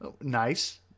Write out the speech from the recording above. Nice